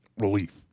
Relief